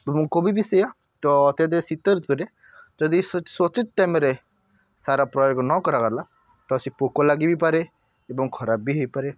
ଏବଂ କୋବି ବି ସେୟା ତ ଅତ୍ୟଧିକ ଶୀତ ରୁତୁରେ ଯଦି ସଠିକ୍ ଟାଇମ୍ରେ ସାର ପ୍ରୟୋଗ ନକରାଗଲା ତ ସେ ପୋକ ଲାଗି ବି ପାରେ ଏବଂ ଖରାପ ବି ହୋଇପାରେ